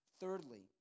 Thirdly